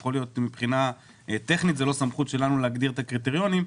יכול להיות שמבחינה טכנית זה לא סמכות שלנו להגדיר את הקריטריונים,